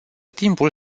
timpul